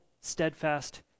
steadfast